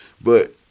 But-